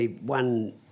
one